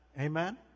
Amen